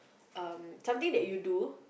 uh something that you do